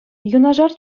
юнашар